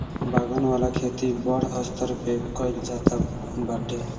बागन वाला खेती बड़ स्तर पे कइल जाता बाटे